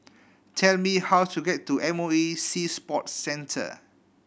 tell me how to get to M O E Sea Sports Centre